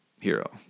hero